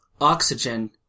oxygen